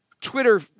Twitter